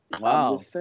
Wow